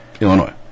Illinois